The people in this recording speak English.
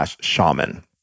Shaman